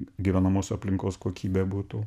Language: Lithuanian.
gyvenamos aplinkos kokybė būtų